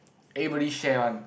everybody share one